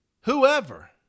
Whoever